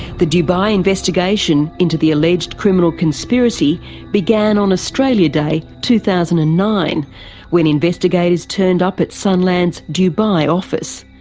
the dubai investigation into the alleged criminal conspiracy began on australia day two thousand and nine when investigators turned up at sunland's dubai office.